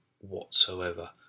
whatsoever